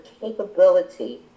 capability